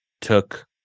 took